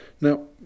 Now